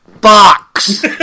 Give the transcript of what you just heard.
box